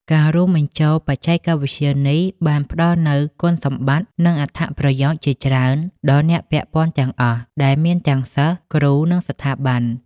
ការរួមបញ្ចូលបច្ចេកវិទ្យានេះបានផ្តល់នូវ គុណសម្បត្តិ និងអត្ថប្រយោជន៍ ជាច្រើនដល់អ្នកពាក់ព័ន្ធទាំងអស់ ដែលមានទាំងសិស្ស គ្រូ និងស្ថាប័ន។